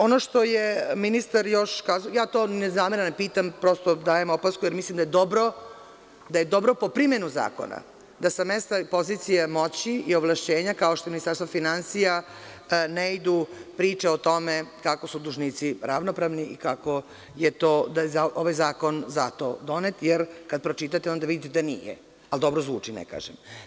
Ono što je ministar još, ja to ne zameram, pitam, prosto dajem opasku, jer mislim da je dobro po primenu zakona, da sa mesta pozicije moći i ovlašćenja, kao što je Ministarstvo finansija, ne idu priče o tome kako su dužnici ravnopravni i kako je ovaj zakon zato donet, jer kada pročitate, onda vidite da nije, ali dobro zvuči, ne kažem.